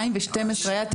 ב-2012 היה תיקון חקיקה,